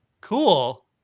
Cool